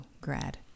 grad